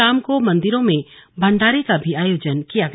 शाम को मंदिरों में भंडारों का आयोजन भी किया गया